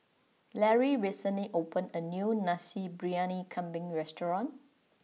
Larry recently opened a new Nasi Briyani Kambing restaurant